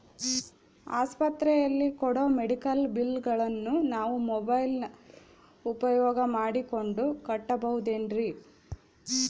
ಆಸ್ಪತ್ರೆಯಲ್ಲಿ ನೇಡೋ ಮೆಡಿಕಲ್ ಬಿಲ್ಲುಗಳನ್ನು ನಾವು ಮೋಬ್ಯೆಲ್ ಉಪಯೋಗ ಮಾಡಿಕೊಂಡು ಕಟ್ಟಬಹುದೇನ್ರಿ?